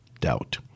doubt